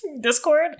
Discord